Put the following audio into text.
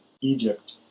Egypt